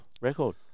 record